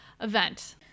event